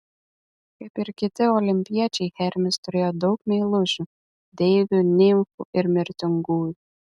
kaip ir kiti olimpiečiai hermis turėjo daug meilužių deivių nimfų ir mirtingųjų